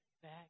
Back